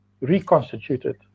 reconstituted